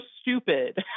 stupid